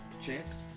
chance